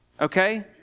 Okay